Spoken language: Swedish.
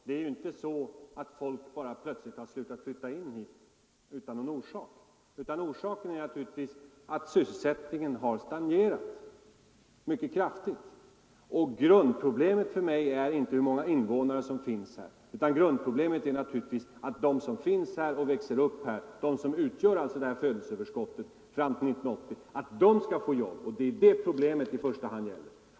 Herr talman! Jag skall fatta mig mycket kort. Det är inte så att folk plötsligt utan orsak har slutat flytta in till Stockholm. Orsaken är naturligtvis att sysselsättningen har stagnerat mycket kraftigt. Grundproblemet för mig är inte hur många invånare som finns här utan att de som finns här och de som växer upp här — alltså de som utgör födelseöverskottet fram till 1980 — skall få jobb. Det är vad problemet i första hand gäller.